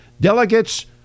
delegates